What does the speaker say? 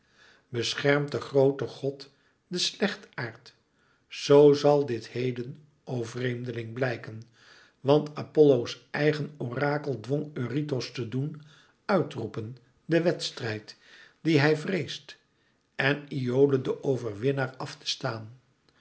beschermt de groote god den slechtaard zoo zal dit heden o vreemdeling blijken want apollo's eigen orakel dwong eurytos te doen uit roepen den wedstrijd dien hij vreest en iole den overwinnaar af te staan